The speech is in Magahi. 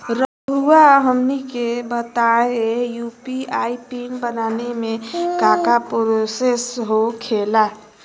रहुआ हमनी के बताएं यू.पी.आई पिन बनाने में काका प्रोसेस हो खेला?